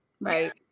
Right